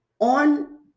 On